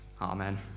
Amen